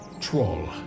Troll